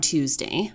Tuesday